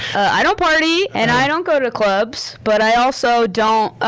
i don't party and i don't go to clubs, but i also don't,